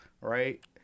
right